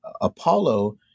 Apollo